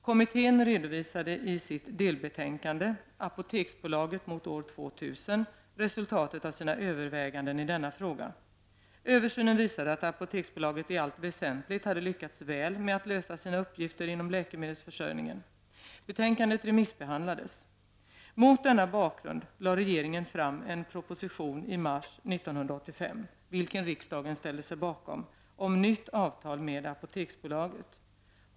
Kommittén redovisade i sitt delbetänkande Apoteksbolaget mot år 2000 resultatet av sina överväganden i denna fråga. Översynen visade att Apoteksbolaget i allt väsentligt hade iyckats väl med att lösa sina uppgifter inom läkemedelsförsörjningen. Betänkandet remissbehandlades. Mot denna bakgrund lade regeringen fram en proposition i mars 1985, vilken riksdagen ställde sig bakom, om nytt avtal med Apoteksbolaget.